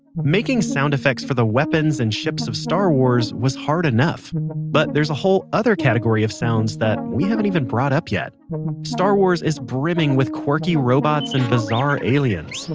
making sound effects for the weapons and ships of star wars was hard enough, but there's a whole other category of sounds that we haven't even brought up yet star wars is brimming with quirky robots and bizarre aliens,